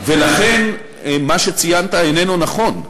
לכן, מה שציינת איננו נכון,